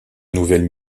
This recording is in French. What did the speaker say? nouvelle